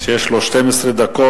שיש לו 12 דקות.